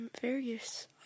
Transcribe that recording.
various